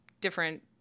different